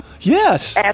Yes